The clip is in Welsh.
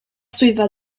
swyddfa